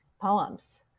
poems